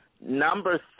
number